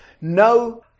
No